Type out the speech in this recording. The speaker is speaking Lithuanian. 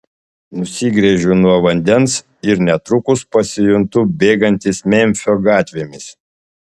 nusigręžiu nuo vandens ir netrukus pasijuntu bėgantis memfio gatvėmis